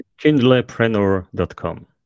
Kindlepreneur.com